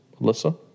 Alyssa